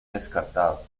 descartado